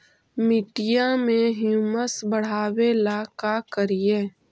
मिट्टियां में ह्यूमस बढ़ाबेला का करिए?